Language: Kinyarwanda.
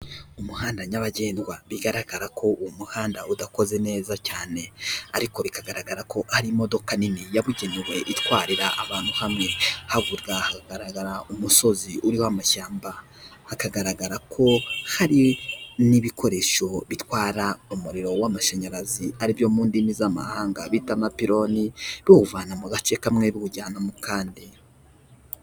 Umuhanda nyabagendwa, bigaragara ko uwo muhanda udakoze neza cyane, ariko bikagaragara ko hari imodoka nini yabugenewe itwarira abantu hamwe, hakurya hagaragara umusozi uriho amashyamba, hakagaragara ko hari n'ibikoresho bitwara umuriro w'amashanyarazi, aribyo mu ndimi z'amahanga bita ama pironi, biwuvana mu gace kamwe, biwujyana mu kandi.